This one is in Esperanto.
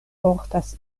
portas